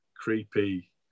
creepy